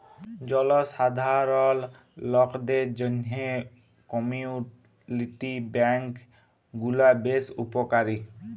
জলসাধারল লকদের জ্যনহে কমিউলিটি ব্যাংক গুলা বেশ উপকারী